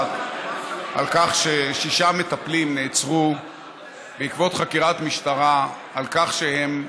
מזעזעת על כך ששישה מטפלים נעצרו בעקבות חקירת משטרה על כך שהם תקפו,